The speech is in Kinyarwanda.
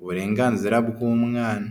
uburenganzira bw'umwana.